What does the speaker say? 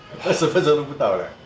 二十分钟都不到 leh